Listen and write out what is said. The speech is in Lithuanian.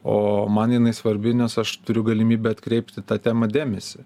o man jinai svarbi nes aš turiu galimybę atkreipt į tą temą dėmesį